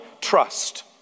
trust